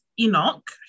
Enoch